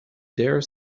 dare